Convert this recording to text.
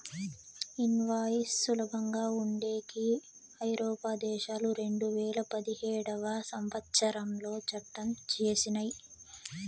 invoice సులభంగా ఉండేకి ఐరోపా దేశాలు రెండువేల పదిహేడవ సంవచ్చరంలో చట్టం చేసినయ్